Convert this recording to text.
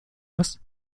was